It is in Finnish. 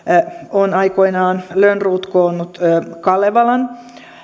on aikoinaan lönnrot koonnut kalevalan